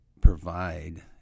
provide